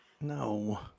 No